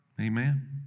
Amen